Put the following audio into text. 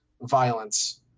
violence